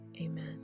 amen